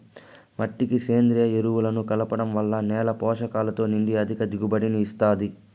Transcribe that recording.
మట్టికి సేంద్రీయ ఎరువులను కలపడం వల్ల నేల పోషకాలతో నిండి అధిక దిగుబడిని ఇస్తాది